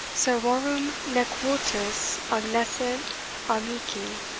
servorum, nec vultus agnoscit amici,